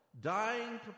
dying